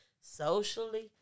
socially